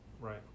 right